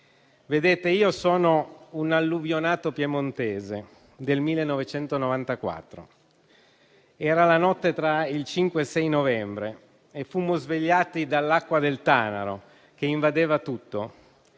Io sono un alluvionato piemontese del 1994. Era la notte tra il 5 e 6 novembre e fummo svegliati dall'acqua del Tanaro che invadeva tutto.